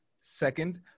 Second